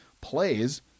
plays